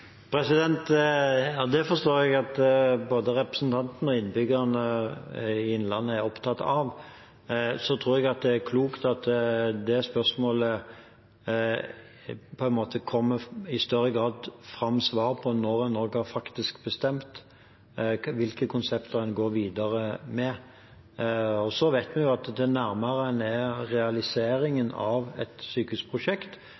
Det forstår jeg at både representanten og innbyggerne i Innlandet er opptatt av, men jeg tror det er klokt at svaret på det spørsmålet i større grad kommer når det faktisk er bestemt hvilke konsepter en går videre med. Så vet vi at jo nærmere vi er realiseringen av et sykehusprosjekt, desto større grunn er det til å begynne å gjøre endringer underveis, slik at en